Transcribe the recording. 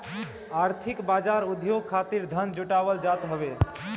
आर्थिक बाजार उद्योग खातिर धन जुटावल जात हवे